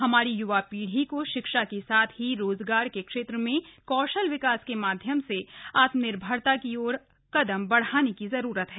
हमारी य्वा पीढ़ी को शिक्षा के साथ ही रोजगार के क्षेत्र में कौशल विकास के माध्यम से आत्मनिर्भरता की ओर कदम बढ़ाने की जरूरत है